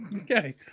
Okay